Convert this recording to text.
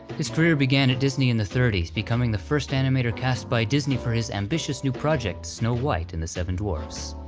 his career began at disney in the early thirty s, becoming the first animator cast by disney for his ambitious new project, snow white and the seven dwarfs.